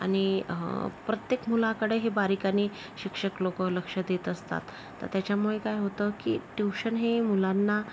आणि प्रत्येक मुलाकडे हे बारीक आणि शिक्षक लोक लक्ष देत असतात तर त्याच्यामुळे काय होतं की ट्युशन हे मुलांना